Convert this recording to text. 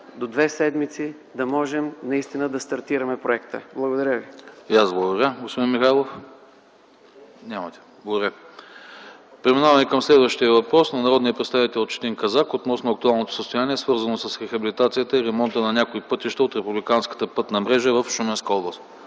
до две седмици да можем наистина да стартираме проекта. Благодаря ви.